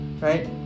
right